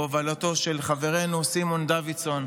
בהובלתו של חברנו סימון דוידסון,